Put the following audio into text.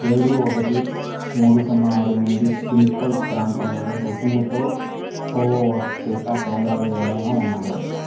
ఏడు ఒకటి మూడు సున్నా ఆరు ఎనిమిది పిన్కోడ్ ప్రాంతంలో రుసుముతో కోవోవ్యాక్స్ టీకా కేంద్రాలు ఏవైన ఉన్నాయా